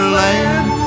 land